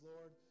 Lord